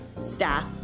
staff